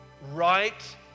right